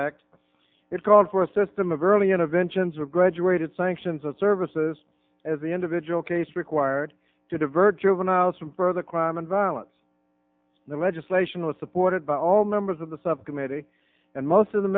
act it called for a system of early interventions or graduated sanctions of services as the individual case required to divert juveniles from for the crime and violence the legislation was supported by all members of the subcommittee and most of the